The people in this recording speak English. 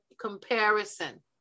comparison